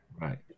Right